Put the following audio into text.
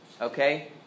Okay